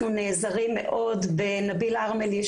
אנחנו נעזרים מאוד גם בנביל ארמלי,